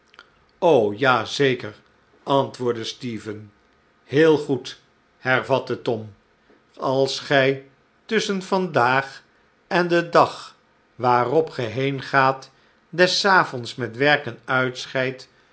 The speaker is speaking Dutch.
ja zeker antwoordde stephen heel goed hervatte tom als gij tusschen vandaag en den dag waarop ge heengaat des avonds met werken uitscheidt